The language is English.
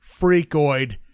freakoid